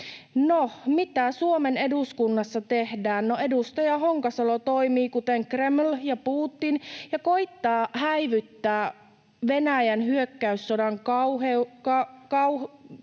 mitä Suomen eduskunnassa tehdään? Edustaja Honkasalo toimii kuten Kreml ja Putin ja koettaa häivyttää Venäjän hyökkäyssodan ja sen